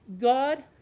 God